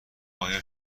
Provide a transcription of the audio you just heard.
آیا